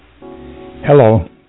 Hello